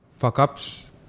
Fuck-ups